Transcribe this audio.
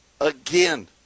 again